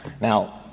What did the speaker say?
Now